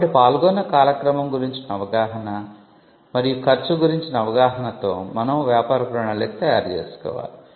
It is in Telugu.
కాబట్టి పాల్గొన్న కాలక్రమం గురించిన అవగాహన మరియు ఖర్చు గురించిన అవగాహనతో మనం వ్యాపార ప్రణాళిక తయారు చేసుకోవాలి